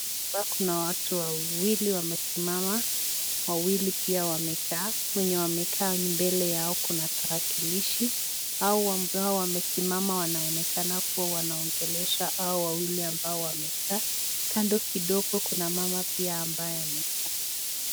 Kwa hii nyumba kuna watu wawili wamesimama, wawili pia wamekaa, wenye wamekaa mbele yao kuna tarakilishi, hao ambao wamesimama wanaonekana kuwa wanaongelesha hao wawili ambao wamekaa, kando kidogo kuna mama pia ambaye amekaa.